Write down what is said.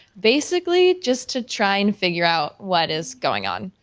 basically just to try and figure out what is going on.